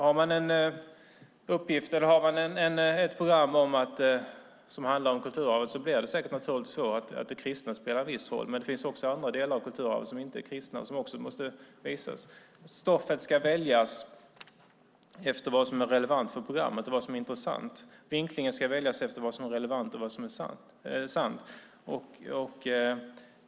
I ett program som handlar om kulturarvet blir det säkert naturligt så att det kristna arvet spelar en viss roll. Men det finns också andra delar av kulturarvet som inte är kristna och som också måste visas. Stoffet ska väljas efter vad som är relevant och intressant för programmet. Vinklingen ska väljas efter vad som är relevant och sant.